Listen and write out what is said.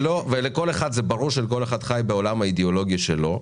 ברור שלכל אחד יש העולם האידיאולוגי שלו,